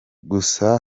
gusa